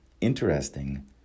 Interesting